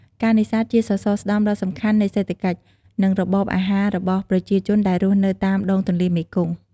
ការនេសាទ ជាសសរស្តម្ភដ៏សំខាន់នៃសេដ្ឋកិច្ច និងរបបអាហាររបស់ប្រជាជនដែលរស់នៅតាមដងទន្លេមេគង្គ។